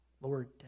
Lord